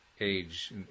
age